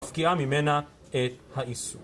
תפקיע ממנה את האיסור